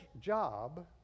job